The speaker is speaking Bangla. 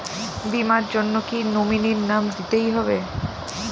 বীমার জন্য কি নমিনীর নাম দিতেই হবে?